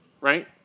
right